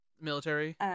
military